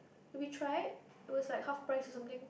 we tried it was like half price or something